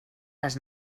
gas